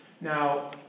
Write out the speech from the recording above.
Now